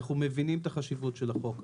אנחנו מבינים את החשיבות של החוק.